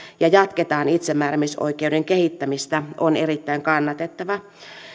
ja itsemääräämisoikeuden kehittämistä jatketaan on erittäin kannatettava